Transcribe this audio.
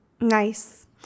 Nice